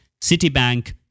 Citibank